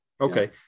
Okay